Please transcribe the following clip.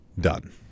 done